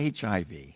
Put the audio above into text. HIV